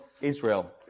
Israel